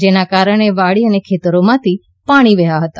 જેના કારણે વાડી ખેતરોમાથી પાણી વહ્યાં હતા